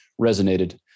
resonated